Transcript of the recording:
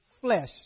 flesh